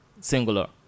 singular